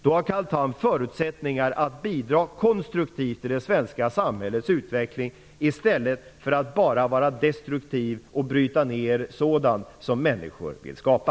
Då har Carl Tham förutsättningar att bidra konstruktivt till det svenska samhällets utveckling i stället för att bara vara destruktiv och bryta ned sådant som människor vill skapa.